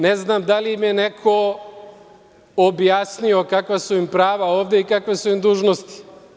Ne znam da li im je neko objasnio kakva su im prava ovde i kakve su im dužnosti?